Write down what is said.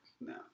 No